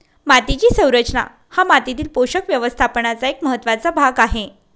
मातीची संरचना हा मातीतील पोषक व्यवस्थापनाचा एक महत्त्वाचा भाग आहे